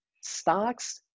stocks